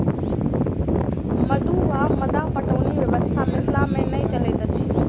मद्दु वा मद्दा पटौनी व्यवस्था मिथिला मे नै चलैत अछि